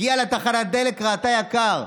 היא הגיעה לתחנת דלק, ראתה שיקר,